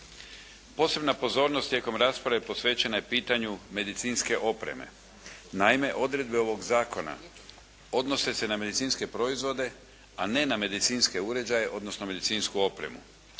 Posebna pozornost tijekom rasprave posvećena je pitanju medicinske opreme. Naime, odredbe ovog zakona odnose se na medicinske proizvode, a ne na medicinske uređaje, odnosno medicinsku opremu.